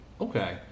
Okay